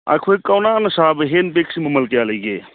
ꯑꯩꯈꯣꯏ ꯀꯧꯅꯥꯅ ꯁꯥꯕ ꯍꯦꯟ ꯕꯦꯛꯁꯦ ꯃꯃꯜ ꯀꯌꯥ ꯂꯩꯒꯦ